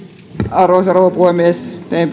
arvoisa rouva puhemies teen